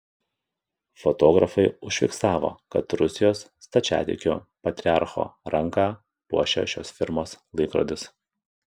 fotografai užfiksavo kad rusijos stačiatikių patriarcho ranką puošia šios firmos laikrodis